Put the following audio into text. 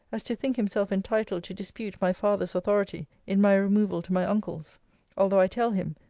as to think himself entitled to dispute my father's authority in my removal to my uncle's although i tell him,